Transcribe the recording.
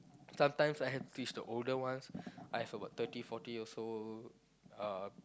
sometimes I have to teach the older ones I've about thirty forty years old uh